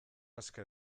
aske